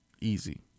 Easy